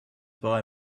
buy